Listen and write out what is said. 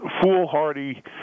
foolhardy